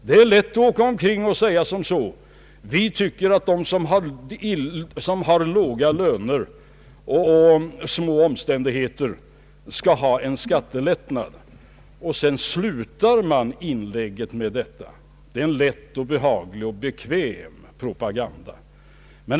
Det är lätt att åka omkring och säga att vi tycker att de som har låga löner och lever i små omständigheter skall ha en skattelättnad. Slutar man inlägget med detta, så är det en lätt och behaglig och bekväm propaganda.